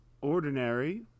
ordinary